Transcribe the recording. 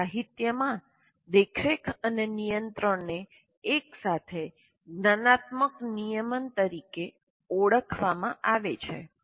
અને સાહિત્યમાં દેખરેખ અને નિયંત્રણને એકસાથે જ્ઞાનાત્મક નિયમન તરીકે ઓળખવામાં આવે છે